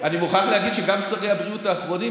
אני מוכרח להגיד שגם שרי הבריאות האחרונים,